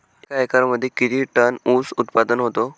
एका एकरमध्ये किती टन ऊस उत्पादन होतो?